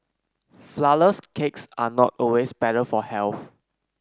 flourless cakes are not always better for health